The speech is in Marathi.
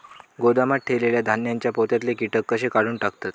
गोदामात ठेयलेल्या धान्यांच्या पोत्यातले कीटक कशे काढून टाकतत?